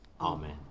Amen